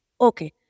Okay